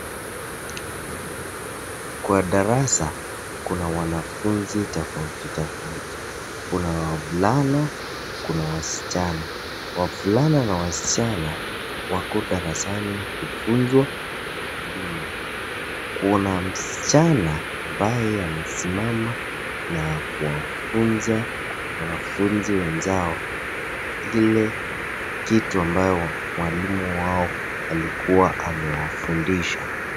Kwa darasa, kuna wanafunzi tofauti tofauti. Kuna wavulana, kuna wasichana. Wavulana na wasichana wako darasani wakifunzwa na mwalimu. Kuna msichana ambaye amesimama na kuwafunza wanafunzi wenzao ile kitu ambayo mwalimu wao alikuwa amewafundisha.